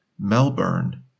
Melbourne